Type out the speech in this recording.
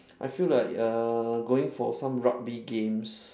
I feel like uh going for some rugby games